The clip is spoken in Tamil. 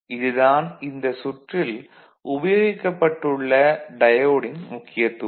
இதுதான் இந்த சுற்றில் உபயோகிக்கப்பட்டுள்ள டயோடின் முக்கியத்துவம்